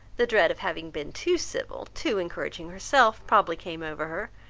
the dread of having been too civil, too encouraging herself, probably came over her,